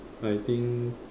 I think